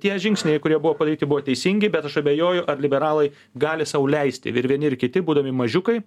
tie žingsniai kurie buvo padaryti buvo teisingi bet aš abejoju ar liberalai gali sau leisti vir vieni ir kiti būdami mažiukai